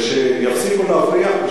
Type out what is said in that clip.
ושיפסיקו להבריח,